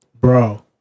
bro